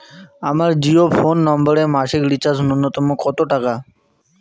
আমার জিও ফোন নম্বরে মাসিক রিচার্জ নূন্যতম কত টাকা?